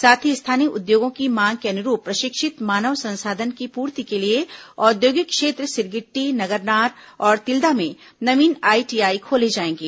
साथ ही स्थानीय उद्योगों की मांग के अनुरूप प्रषिक्षित मानव संसाधन की पूर्ति के लिए औद्योगिक क्षेत्र सिरगिट्टी नगरनार और तिल्दा में नवीन आईटीआई खोले जाएंगे